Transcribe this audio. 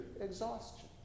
exhaustion